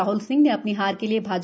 राहल सिंह ने अ नी हार के लिए भाज